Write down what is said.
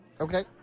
Okay